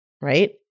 right